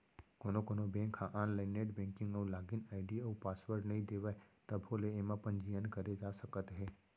कोनो कोनो बेंक ह आनलाइन नेट बेंकिंग बर लागिन आईडी अउ पासवर्ड नइ देवय तभो ले एमा पंजीयन करे जा सकत हे